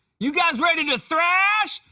you guys ready to thrash!